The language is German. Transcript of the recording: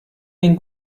den